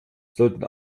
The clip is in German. sollten